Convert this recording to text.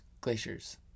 glaciers